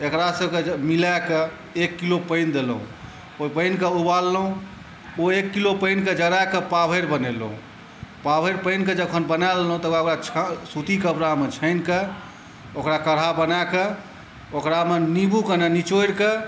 एकरा सबके जे मिला कए एक किलो पानि देलहुॅं ओहि पानिके उबाललहुॅं ओ एक किलो पानिकए जरा कए पाभरि बनेलहुॅं पाभरि पानिकए जखन बनाए लेलहुॅं तकर बाद ओकरा सूती कपरामे छानिकए ओकरा काढ़ा बनाकए ओकरामे नीबू कने निचौड़िकए